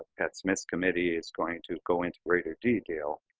pat smith's committee is going to go into greater detail,